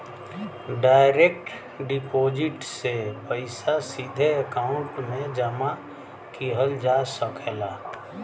direct deposit से पइसा सीधे अकांउट में जमा किहल जा सकला